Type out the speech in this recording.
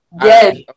Yes